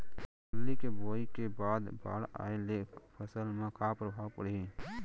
फल्ली के बोआई के बाद बाढ़ आये ले फसल मा का प्रभाव पड़ही?